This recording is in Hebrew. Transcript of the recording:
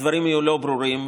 הדברים יהיו לא ברורים.